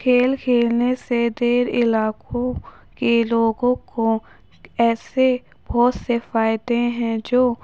کھیل کھیلنے سے دیر علاقوں کی لوگوں کو ایسے بہت سے فائدے ہیں جو